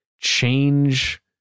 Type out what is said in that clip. change